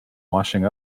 washing